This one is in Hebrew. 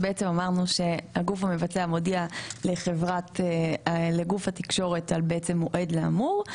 אמרנו שהגוף המבצע מודיע לגוף התקשורת על המועד האמור,